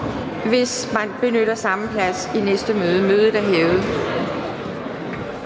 hvis I benytter samme plads i næste møde. Folketingets